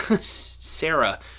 Sarah